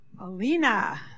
Alina